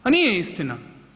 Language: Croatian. Ma nije istina.